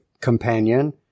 companion